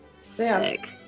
Sick